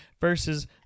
versus